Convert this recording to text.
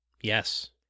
Yes